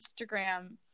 Instagram